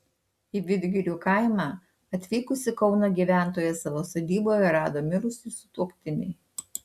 į vidgirių kaimą atvykusi kauno gyventoja savo sodyboje rado mirusį sutuoktinį